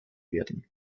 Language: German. werden